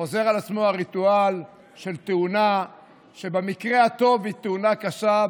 חוזר על עצמו הריטואל של תאונה שבמקרה הטוב היא תאונה קשה,